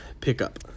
Pickup